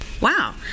Wow